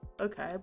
Okay